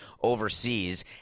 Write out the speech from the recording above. overseas